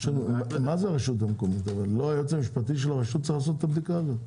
לא היועץ המשפטי של הרשות צריך לעשות את הבדיקה הזאת?